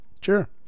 Sure